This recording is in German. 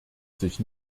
sich